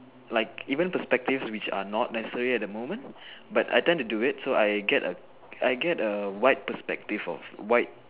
like even perspective which are not necessary at the moment but I tend to do it I get a I get a wide perspective of wide